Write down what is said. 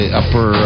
upper